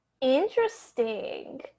Interesting